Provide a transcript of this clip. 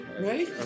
Right